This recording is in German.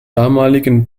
damaligen